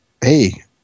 Hey